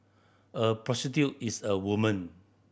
a prostitute is a woman